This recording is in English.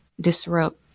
disrupt